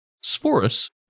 Sporus